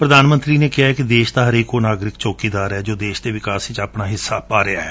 ਪ੍ਰਧਾਨ ਮੰਤਰੀ ਨੇ ਕਿਹੈ ਕਿ ਦੇਸ਼ ਦਾ ਹਰੇਕ ਉਹ ਨਾਗਰਿਕ ਚੌਕੀਦਾਰ ਏ ਜੋ ਦੇਸ਼ ਦੇ ਵਿਕਾਸ ਵਿਚ ਹਿੱਸਾ ਪਾ ਰਿਹੈ